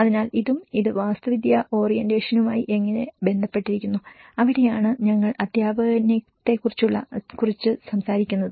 അതിനാൽ ഇതും ഇത് വാസ്തുവിദ്യാ ഓറിയന്റേഷനുമായി എങ്ങനെ ബന്ധപ്പെട്ടിരിക്കുന്നു അവിടെയാണ് ഞങ്ങൾ അധ്യാപനത്തെക്കുറിച്ചും സംസാരിച്ചത്